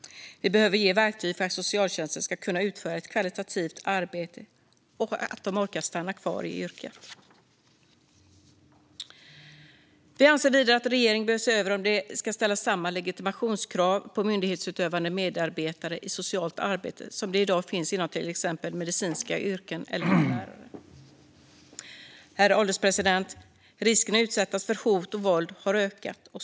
Vi behöver ge verktyg för att socialtjänsten ska kunna utföra ett kvalitativt arbete och att medarbetarna orkar stanna kvar i yrket. Vi anser vidare att regeringen bör se över om det ska ställas samma legitimationskrav på myndighetsutövande medarbetare i socialt arbete som i dag finns inom till exempel medicinska yrken och bland lärare. Herr ålderspresident! Risken att utsättas för hot och våld har ökat.